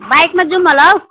बाइकमा जाऔँ होला हौ